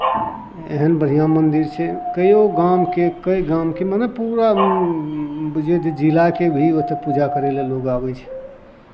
एहन बढ़िआँ मन्दिर छै कइओ गामके कइ गामके मने पूरा बुझियौ जे जिलाके भी ओतय पूजा करय लेल लोक ओतय आबै छै